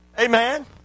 Amen